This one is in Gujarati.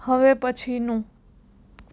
હવે પછીનું